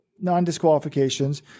non-disqualifications